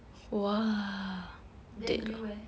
then you leh